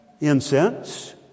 incense